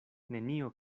nenio